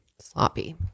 Sloppy